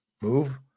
move